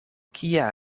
kia